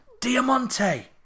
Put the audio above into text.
Diamante